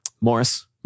Morris